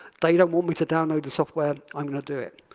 they don't want me to download the software. i'm going to do it.